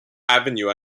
avenue